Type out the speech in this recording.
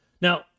Now